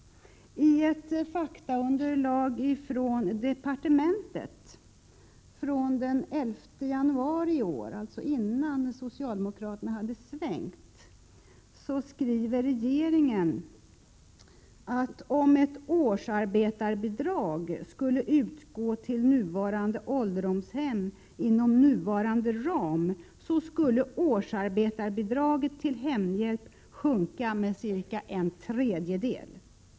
I ett faktaunderlag från departementet — från den 11 januari i år, alltså innan socialdemokraterna hade svängt — skriver regeringen att årsarbetarbidraget till hemhjälp skulle sjunka med cirka en tredjedel om det skulle utgå till befintliga ålderdomshem inom nuvarande ram.